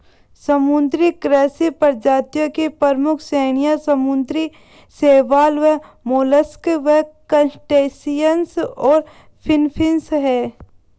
समुद्री कृषि प्रजातियों की प्रमुख श्रेणियां समुद्री शैवाल, मोलस्क, क्रस्टेशियंस और फिनफिश हैं